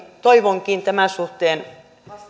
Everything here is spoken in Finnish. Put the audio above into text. toivonkin tämän suhteen